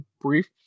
brief